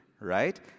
right